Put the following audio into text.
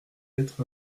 être